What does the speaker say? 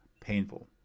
painful